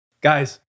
guys